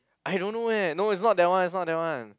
I don't know leh no it's not that one it's not that one